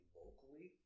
locally